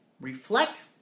reflect